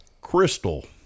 Crystal